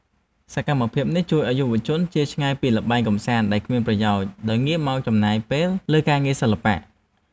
សកម្មភាពនេះជួយឱ្យយុវជន ជៀសឆ្ងាយពីល្បែងកម្សាន្តដែលគ្មានប្រយោជន៍ ដោយងាកមកចំណាយពេលលើការងារសិល្បៈ។